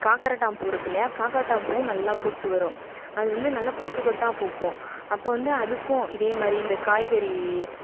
காக்கரட்டான் பூ இருக்கு இல்லையா காக்கரட்டான் பூவும் நல்லா பூத்து வரும் அது வந்து நல்ல கொத்துக்கொத்தாக பூக்கும் அப்போ வந்து அதுக்கும் இதேமாதிரி இந்த காய்கறி